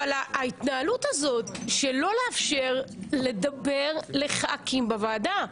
ההתנהלות הזאת שלא לאפשר לדבר לחברי כנסת בוועדה.